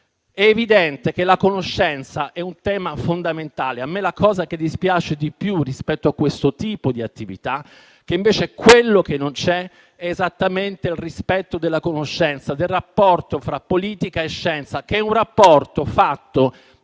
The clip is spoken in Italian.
è evidente che la conoscenza è un tema fondamentale. A me la cosa che dispiace di più rispetto a questo tipo di attività è che invece non c'è esattamente il rispetto della conoscenza e del rapporto fra politica e scienza, che è fatto di